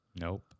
Nope